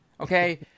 Okay